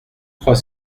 trois